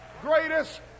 greatest